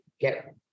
get